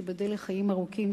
תיבדל לחיים ארוכים,